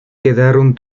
quedaron